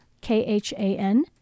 K-H-A-N